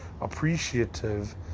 appreciative